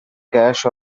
cash